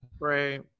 right